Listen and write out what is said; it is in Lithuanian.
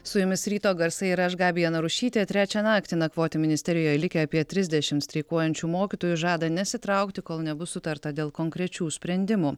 su jumis ryto garsai ir aš gabija narušytė trečią naktį nakvoti ministerijoje likę apie trisdešimt streikuojančių mokytojų žada nesitraukti kol nebus sutarta dėl konkrečių sprendimų